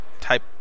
type